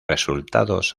resultados